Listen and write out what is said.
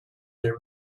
their